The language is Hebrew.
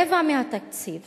רבע מהתקציב